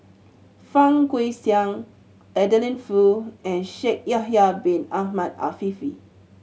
Fang Guixiang Adeline Foo and Shaikh Yahya Bin Ahmed Afifi